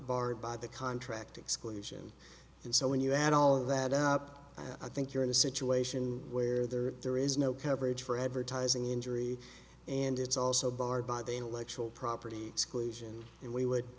barred by the contract exclusion and so when you add all of that up i think you're in a situation where there there is no coverage for advertising injury and it's also barred by the intellectual property exclusion and we would